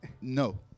No